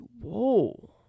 Whoa